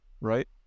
right